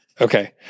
Okay